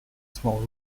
small